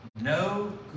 No